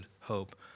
hope